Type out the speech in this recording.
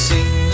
Sing